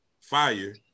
fire